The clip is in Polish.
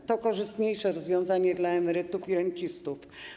Jest to korzystniejsze rozwiązanie dla emerytów i rencistów.